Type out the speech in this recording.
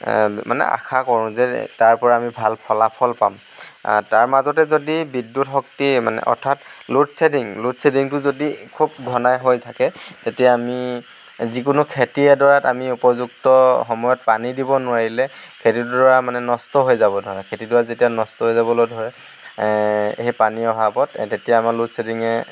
মানে আশা কৰোঁ যে তাৰপৰা আমি ভাল ফলাফল পাম তাৰ মাজতে যদি বিদ্যুত শক্তি মানে অৰ্থাৎ লোড শ্বেডিং লোড শ্বেডিংটো যদি খুব ঘনাই হৈ থাকে তেতিয়া আমি যিকোনো খেতি এডৰাত আমি উপযুক্ত সময়ত পানী দিব নোৱাৰিলে খেতিডৰা মানে নষ্ট হৈ যাব মানে খেতিডৰা যেতিয়া নষ্ট হৈ যাবলৈ ধৰে সেই পানী অহাৰ ওপৰত তেতিয়া আমাৰ লোড শ্বেডিঙে